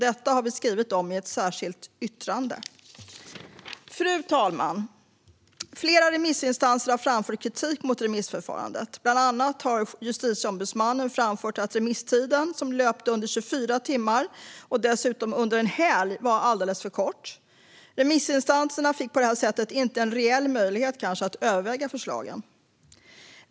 Detta har vi skrivit om i ett särskilt yttrande. Fru talman! Flera remissinstanser har framfört kritik mot remissförfarandet. Bland annat har Justitieombudsmannen framfört att remisstiden, som löpte under 24 timmar och dessutom under en helg, var alldeles för kort. Därmed fick remissinstanserna kanske inte en reell möjlighet att överväga förslagen.